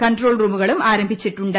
control റൂമുകളും ആരംഭിച്ചിട്ടുണ്ട്